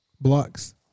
blocks